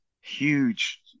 huge